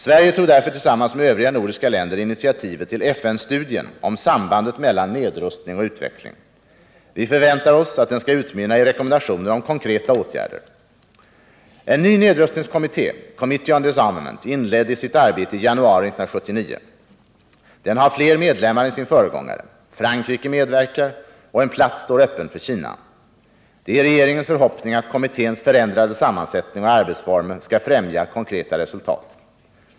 Sverige tog därför tillsammans med övriga nordiska länder initiativet till FN-studien om sambandet mellan nedrustning och utveckling. Vi förväntar oss att den skall utmynna i rekommendationer om konkreta åtgärder. En ny nedrustningskommitté, Committee on Disarmament, inledde sitt arbete i januari 1979. Den har fler medlemmar än sin föregångare. Frankrike medverkar, och en plats står öppen för Kina. Det är regeringens förhoppning att kommitténs förändrade sammansättning och arbetsformer skall främja konkreta resultat.